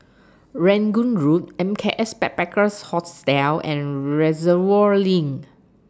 Rangoon Road M K S Backpackers Hostel and Reservoir LINK